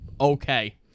okay